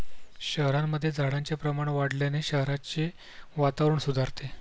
शहरांमध्ये झाडांचे प्रमाण वाढवल्याने शहराचे वातावरण सुधारते